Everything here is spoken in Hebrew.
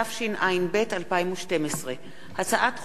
התשע"ב 2012. לקריאה ראשונה,